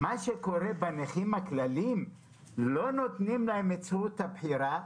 בנכים הכלליים לא נותנים את זכות הבחירה,